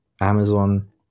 Amazon